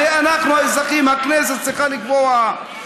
הרי אנחנו האזרחים, הכנסת צריכה לקבוע.